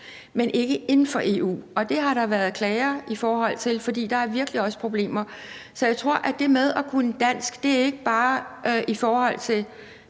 ikke læger inden for EU, og det har der været klager om, for der er virkelig også problemer. Så jeg tror, at det med at kunne dansk ikke bare er i forhold til